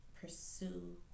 Pursue